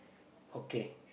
okay